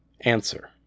ANSWER